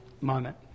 moment